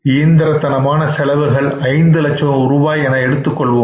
இயந்திரத்தனமான செலவீனங்கள் 500000 ரூபாய் என எடுத்துக் கொள்வோம்